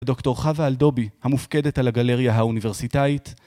דוקטור חוה אלדובי, המופקדת על הגלריה האוניברסיטאית